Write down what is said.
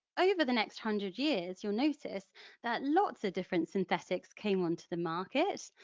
over the next hundred years you'll notice that lots of different synthetics came onto the market,